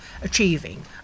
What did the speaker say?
achieving